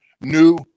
new